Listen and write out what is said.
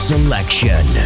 Selection